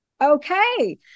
okay